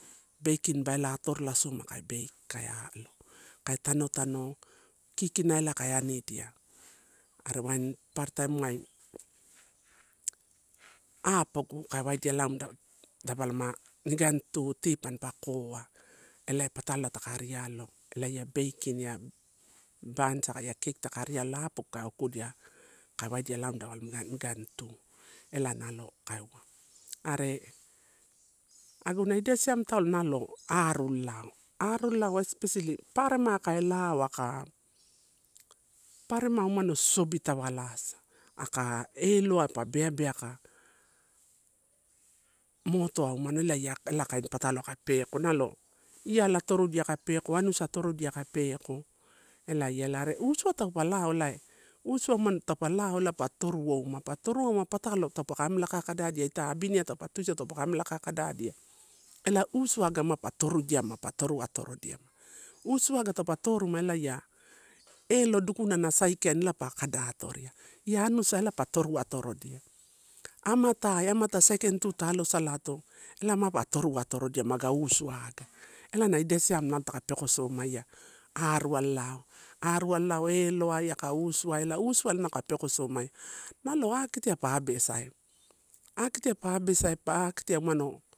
Baking ba ela atorolasoma kai bake kai alo, kai tano tano kikina ela ka anidia. Are waini papara taim uai, apogu kai waidia laum da, dapalama nigatu tea panpa koa, elae patalo taka ari alo elaia baking, bans aka ia cake taka ari alo ela apagu kai waidia lam dapalama igan tu ela nalo kai uwa. Are aguna idai siam taulo nalo aru lalao, aru lalao especially paparema ka lao aka, paparema umano sosobitawalasa aka eloa pa beabeaka motor a umana, elai kao patalo ka peko nalo iala torudia ka peko, anusa torudia ka peko elai ela. Are uso taupe lao ela uso man taupe laolai toruouma, pa toruouma taupe ka amela kakadadia ita abiniai taupe tuisau taupe ka amela kakodadia ela usuai aga ma pa torudiama, pa toru atorodia. Usuai ga taupe toruma elaiai elo dukuna na sai kaini pa kadei atoria, ia anusaa ela pa toruatorodia. Amatai, amata sai kaini tu ta alosalato ela mapa toruatorodia ma aga usuaiaga, ela na idai siamela nalo taka pekosomaia, arualalao, arualalao eloai, aka usuai ela usuai nalo kai pekosomaia nalo akitiai pa abesai, akitiai pa abesai, pa akitia umano.